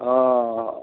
অঁ